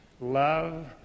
love